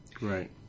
Right